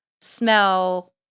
smell